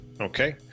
okay